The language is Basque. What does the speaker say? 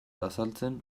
azaltzen